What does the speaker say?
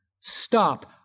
Stop